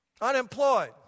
Unemployed